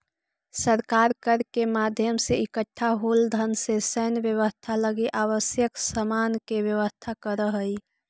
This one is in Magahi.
सरकार कर के माध्यम से इकट्ठा होल धन से सैन्य व्यवस्था लगी आवश्यक सामान के व्यवस्था करऽ हई